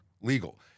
Legal